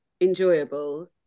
enjoyable